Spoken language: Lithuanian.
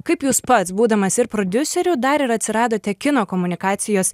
kaip jūs pats būdamas ir prodiuseriu dar ir atsiradote kino komunikacijos